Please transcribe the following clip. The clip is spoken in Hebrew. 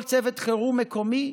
כל צוות חירום מקומי.